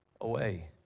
away